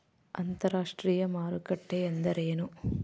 ಅಂತರಾಷ್ಟ್ರೇಯ ಮಾರುಕಟ್ಟೆ ಎಂದರೇನು?